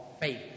faith